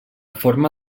forma